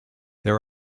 there